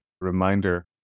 reminder